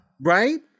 Right